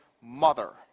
mother